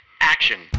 Action